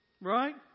Right